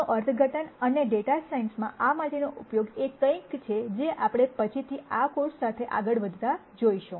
આનો અર્થઘટન અને ડેટા સાયન્સમાં આ માટેનો ઉપયોગ એ કંઈક છે જે આપણે પછીથી આ કોર્સ સાથે આગળ વધતા જઈશું